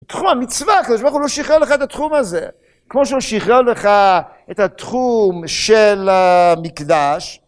תחום המצווה כזה, שאנחנו לא נשחרר לך את התחום הזה. כמו שהוא שיחרר לך את התחום של המקדש.